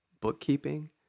bookkeeping